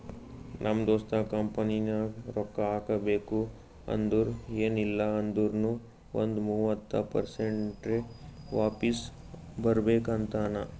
ನಮ್ ದೋಸ್ತ ಕಂಪನಿನಾಗ್ ರೊಕ್ಕಾ ಹಾಕಬೇಕ್ ಅಂದುರ್ ಎನ್ ಇಲ್ಲ ಅಂದೂರ್ನು ಒಂದ್ ಮೂವತ್ತ ಪರ್ಸೆಂಟ್ರೆ ವಾಪಿಸ್ ಬರ್ಬೇಕ ಅಂತಾನ್